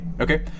Okay